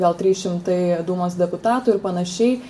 gal trys šimtai dūmos deputatų ir panašiai